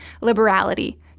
liberality